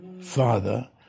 Father